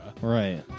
Right